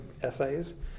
essays